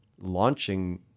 launching